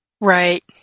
Right